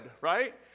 right